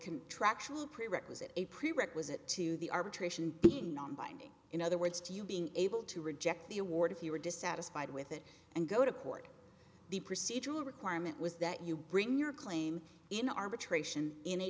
contractual prerequisite a prerequisite to the arbitration being non binding in other words to you being able to reject the award if you are dissatisfied with it and go to court the procedural requirement was that you bring your claim in arbitration in a